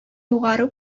югары